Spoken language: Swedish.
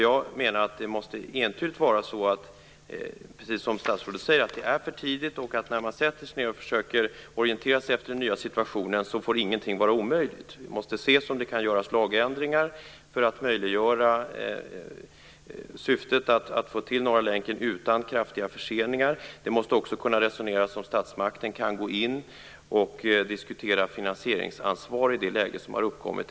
Jag menar att det entydigt måste vara precis så som statsrådet säger, alltså att det är för tidigt, och att ingenting, när man sätter sig ned och försöker orientera sig efter den nya situationen, får vara omöjligt. Det måste ses om det kan göras lagändringar för att möjliggöra att få till Norra länken utan förseningar. Det måste också kunna resoneras omkring om statsmakten kan gå in och diskutera finansieringsansvar i det läge som har uppkommit.